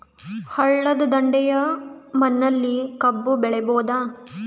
ಹಳ್ಳದ ದಂಡೆಯ ಮಣ್ಣಲ್ಲಿ ಕಬ್ಬು ಬೆಳಿಬೋದ?